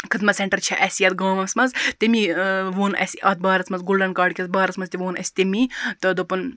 خدمت سیٚنٹَر چھ اَسہِ یتھ گامَس مَنٛز تمی ووٚن اَسہِ اتھ بارَس مَنٛز گولڈَن کاڈ کِس بارَس مَنٛز تہِ ووٚن اَسہِ تمی تہٕ دوٚپُن